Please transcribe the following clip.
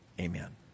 amen